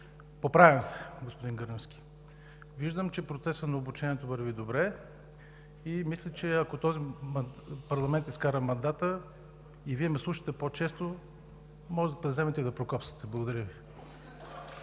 Поправям се, господин Гърневски. Виждам, че процесът на обучението върви добре и мисля, че ако този парламент изкара мандата и Вие ме слушате по-често, може пък да вземете и да прокопсате. Благодаря Ви.